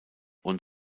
und